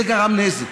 זה גרם נזק.